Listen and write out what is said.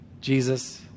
Jesus